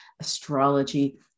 astrology